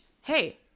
hey